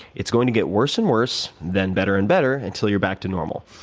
it is going to get worse and worse, then better and better until you are back to normal.